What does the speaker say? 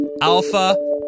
Alpha